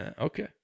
Okay